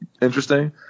interesting